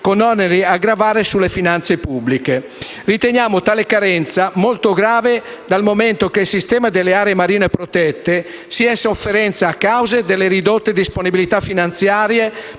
con oneri a gravare sulle finanze pubbliche. Riteniamo tale carenza molto grave, dal momento che il sistema delle aree marine protette è in sofferenza a causa delle ridotte disponibilità finanziarie